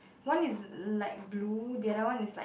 one is l~ like blue the other one is like